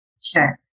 Sure